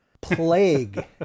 plague